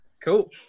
Cool